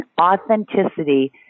authenticity